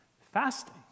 fasting